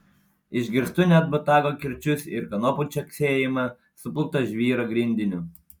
išgirstu net botago kirčius ir kanopų caksėjimą suplūkto žvyro grindiniu